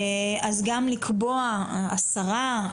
אז גם לקבוע עשרה,